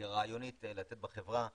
כרעיונית בחברה.